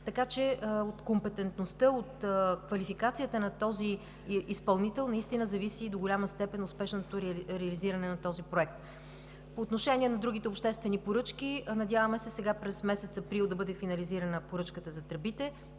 Така че от компетентността, от квалификацията на този изпълнител до голяма степен зависи успешното реализиране на този проект. По отношение на другите обществени поръчки, надяваме се, през месец април да бъде финализирана поръчката за тръбите,